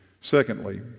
Secondly